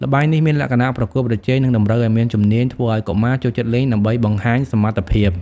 ល្បែងនេះមានលក្ខណៈប្រកួតប្រជែង និងតម្រូវឱ្យមានជំនាញ ធ្វើឱ្យកុមារចូលចិត្តលេងដើម្បីបង្ហាញសមត្ថភាព ។